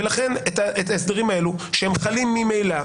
ולכן את ההסדרים האלה, שהם חלים ממילא,